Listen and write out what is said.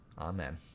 Amen